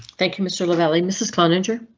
thank you mr lavalley, mrs cloninger.